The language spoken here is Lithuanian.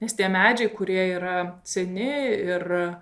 nes tie medžiai kurie yra seni ir